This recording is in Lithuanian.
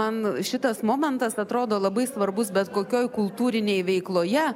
man šitas momentas atrodo labai svarbus bet kokioj kultūrinėj veikloje